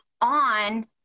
on